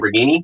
Lamborghini